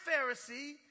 Pharisee